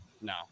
no